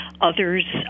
others